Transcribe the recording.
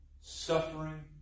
Suffering